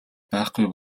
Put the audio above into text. байхгүй